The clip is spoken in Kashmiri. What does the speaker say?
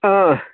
ٲں